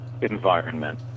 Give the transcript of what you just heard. environment